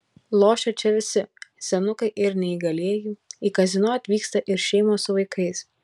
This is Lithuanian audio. lošia čia visi senukai ir neįgalieji į kazino atvyksta ir šeimos su vaikais